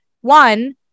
one